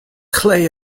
clay